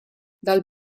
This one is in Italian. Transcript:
dal